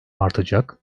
artacak